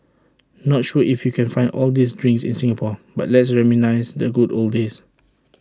not sure if you can find all these drinks in Singapore but let's reminisce the good old days